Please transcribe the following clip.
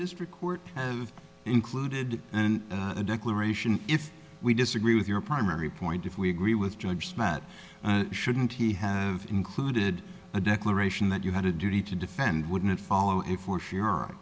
district court of included and a declaration if we disagree with your primary point if we agree with judge matsch shouldn't he have included a declaration that you had a duty to defend wouldn't follow it for sure